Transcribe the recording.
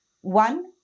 One